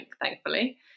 thankfully